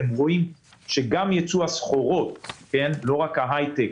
אתם רואים שגם ייצוא הסחורות, לא רק ההייטק,